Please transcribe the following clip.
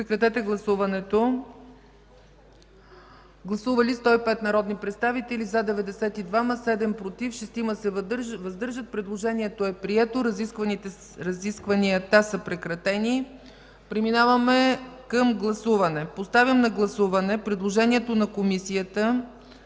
по този текст. Гласували 105 народни представители: за 92, против 7, въздържали се 6. Предложението е прието. Разискванията са прекратени. Преминаваме към гласуване. Поставям на гласуване предложението на Комисията